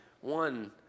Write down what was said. One